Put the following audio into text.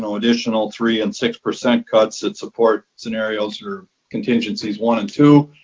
um additional three and six percent cuts that support scenarios or contingencies one and two.